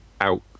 out